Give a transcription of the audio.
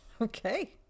Okay